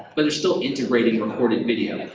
but they're still integrating recorded video.